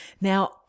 Now